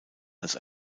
als